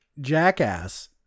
Jackass